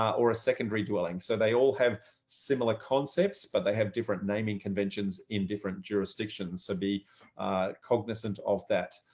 or a secondary dwelling. so they all have similar concepts, but they have different naming conventions in different jurisdictions, so be cognizant of that.